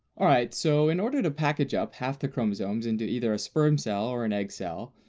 alright, so in order to package up half the chromosomes into either a sperm cell or an egg cell,